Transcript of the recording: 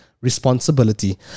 Responsibility